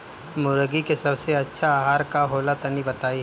मुर्गी के सबसे अच्छा आहार का होला तनी बताई?